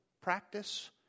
practice